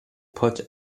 put